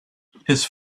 his